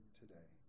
today